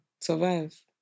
survive